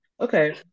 okay